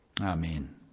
Amen